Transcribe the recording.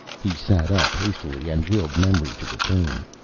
he sat up hastily and willed memory to return.